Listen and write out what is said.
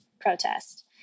protest